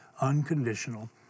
unconditional